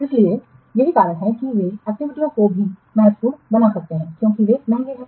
इसलिए यही कारण है कि वे एक्टिविटीयों को भी महत्वपूर्ण बना सकते हैं क्योंकि वे महंगे हैं